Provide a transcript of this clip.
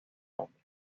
nombre